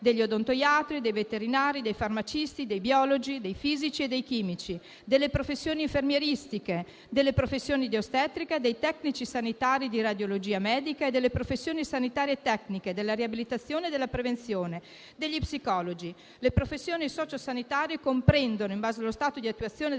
degli odontoiatri; dei veterinari; dei farmacisti; dei biologi; dei fisici e chimici; delle professioni infermieristiche; di quelle di ostetrica; dei tecnici sanitari di radiologia medica e delle professioni sanitarie tecniche, della riabilitazione e della prevenzione; e degli psicologi. Le professioni socio-sanitarie comprendono, in base allo stato di attuazione delle